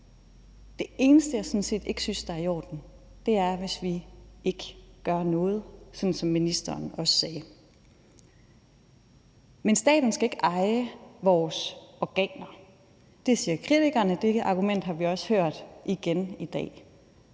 Det eneste, jeg sådan set ikke synes er i orden, er, hvis vi ikke gør noget – som ministeren også sagde. Men staten skal ikke eje vores organer. Det siger kritikerne, og det argument har vi også hørt igen i dag.